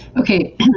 okay